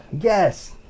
Yes